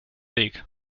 weg